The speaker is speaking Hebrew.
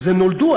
נולדו,